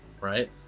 Right